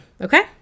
okay